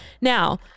Now